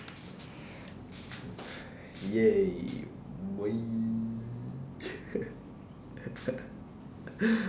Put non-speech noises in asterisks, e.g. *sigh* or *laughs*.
!yay! boy *laughs*